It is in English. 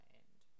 end